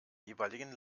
jeweiligen